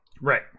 Right